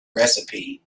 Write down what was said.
recipe